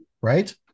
Right